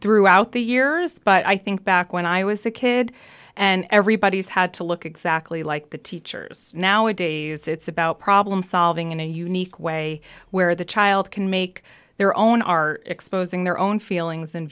throughout the years but i think back when i was a kid and everybody's had to look at exactly like the teachers nowadays it's about problem solving in a unique way where the child can make their own are exposing their own feelings and